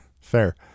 Fair